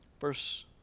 Verse